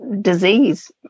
disease